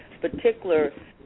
particular